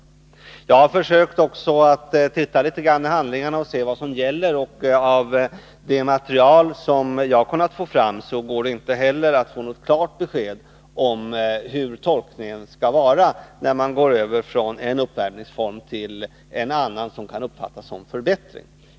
Jag har tittat litet grand i handlingarna och försökt se vad som gäller. Av det material jag har kunnat få fram går det inte heller att få något klart besked om hur tolkningen skall göras när man går över från en uppvärmningsform till en annan, som kan uppfattas som en förbättring.